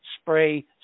spray